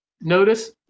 notice